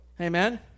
Amen